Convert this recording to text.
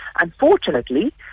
Unfortunately